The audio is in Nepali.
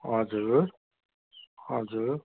हजुर हजुर